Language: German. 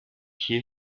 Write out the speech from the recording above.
hier